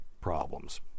problems